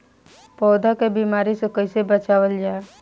पौधा के बीमारी से कइसे बचावल जा?